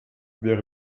wäre